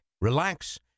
relax